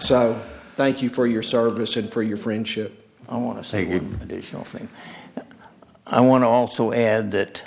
so thank you for your service and for your friendship i want to say you think i want to also add that